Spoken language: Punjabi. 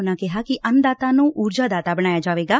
ਉਨਾਂ ਕਿਹਾ ਕਿ ਅੰਨਦਾਤਾ ਨੁੰ ਉਰਜਾਦਾਤਾ ਬਣਾਇਆ ਜਾਵੇਗਾ